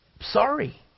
Sorry